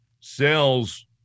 sales